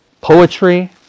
poetry